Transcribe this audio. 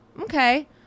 okay